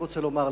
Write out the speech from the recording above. שר ביטחון.